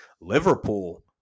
Liverpool